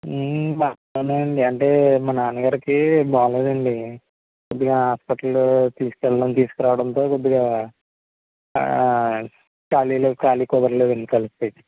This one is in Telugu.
బాగానే ఉన్నానండి అంటే మా నాన్నగారికి బాగాలేదండి కొద్దిగా హాస్పిటల్లో తీసుకెళ్ళడం తీసుకురావటంతో కొద్దిగా ఖాళీ లే ఖాళీ కుదరలేదు ఇంక వచ్చేకి